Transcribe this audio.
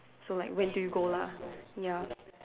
so like when do you go lah ya